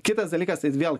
kitas dalykas tai vėl